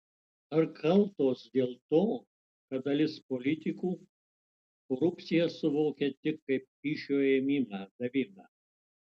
ar kaltos dėl to kad dalis politikų korupciją suvokia tik kaip kyšio ėmimą davimą